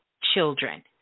children